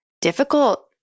difficult